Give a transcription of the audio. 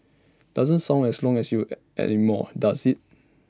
doesn't sound as long as you anymore does IT